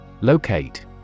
Locate